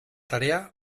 tarea